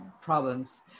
problems